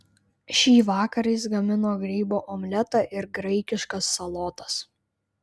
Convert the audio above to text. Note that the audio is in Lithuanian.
šįvakar jis gamino grybų omletą ir graikiškas salotas